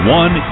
one